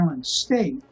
state